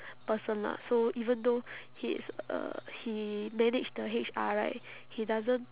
person lah so even though his uh he manage the H_R right he doesn't